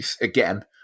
again